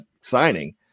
signing